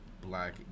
black